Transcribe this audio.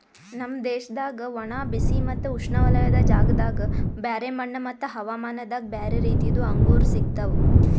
ನಮ್ ದೇಶದಾಗ್ ಒಣ, ಬಿಸಿ ಮತ್ತ ಉಷ್ಣವಲಯದ ಜಾಗದಾಗ್ ಬ್ಯಾರೆ ಮಣ್ಣ ಮತ್ತ ಹವಾಮಾನದಾಗ್ ಬ್ಯಾರೆ ರೀತಿದು ಅಂಗೂರ್ ಸಿಗ್ತವ್